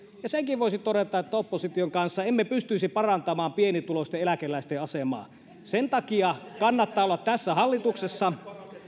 ja senkin voisi todeta että opposition kanssa emme pystyisi parantamaan pienituloisten eläkeläisten asemaa sen takia kannattaa olla tässä hallituksessa